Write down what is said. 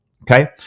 Okay